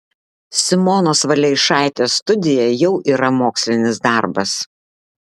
simonos valeišaitės studija jau yra mokslinis darbas